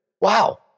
Wow